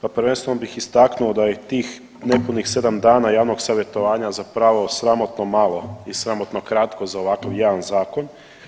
Pa prvenstveno bih istaknuo da je i tih nepunih 7 dana javnog savjetovanja zapravo sramotno malo i sramotno kratko za ovakav jedan zakon.